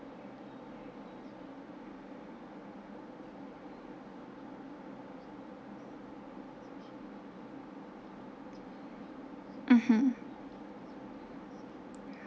mmhmm